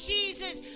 Jesus